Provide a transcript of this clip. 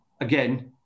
again